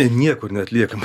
niekur neatliekam